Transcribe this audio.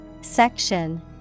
Section